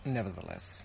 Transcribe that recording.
Nevertheless